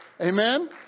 Amen